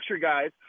guys